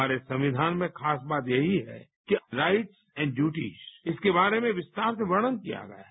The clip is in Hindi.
हमारे संकियान में खास बात यही है कि राइटस एंड डयूटीस इसके बारे में विस्तार से वर्णन किया गया है